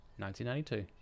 1992